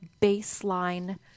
baseline